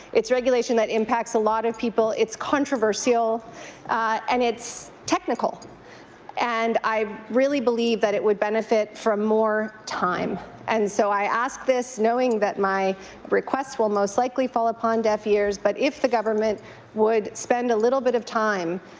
it's regulation that impacts a lot of people. it's controversial and it's technical and i really believe that it would benefit from more time and so i ask this knowing that my request will most likely fall upon deaf ears but if the government would spend a little bit of time